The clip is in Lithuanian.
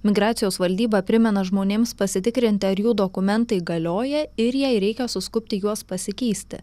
migracijos valdyba primena žmonėms pasitikrinti ar jų dokumentai galioja ir jei reikia suskubti juos pasikeisti